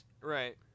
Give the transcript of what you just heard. Right